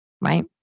right